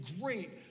great